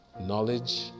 knowledge